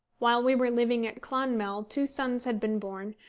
while we were living at clonmel two sons had been born,